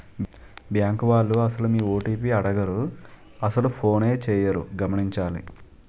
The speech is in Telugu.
బ్యాంకు వాళ్లు అసలు మీ ఫోన్ ఓ.టి.పి అడగరు అసలు ఫోనే చేయరు గమనించాలి